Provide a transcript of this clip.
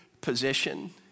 position